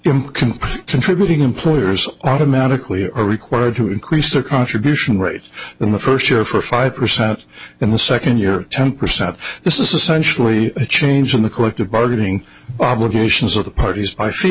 status can contributing employers automatically are required to increase their contribution rate in the first year for five percent in the second year ten percent this is essentially a change in the collective bargaining obligations of the parties i see